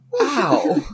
Wow